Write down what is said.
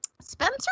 Spencer